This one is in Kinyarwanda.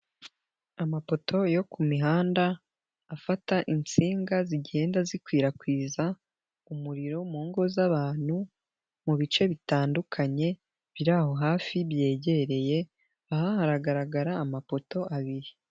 Amapoto yo ku mihanda afata insinga zigenda zikwirakwiza umuriro mu ngo z'abantu mu bice bitandukanye biraho hafi byegereye aha hagaragara amapoto abiri.